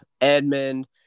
Edmund